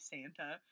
Santa